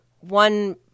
One